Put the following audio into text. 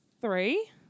Three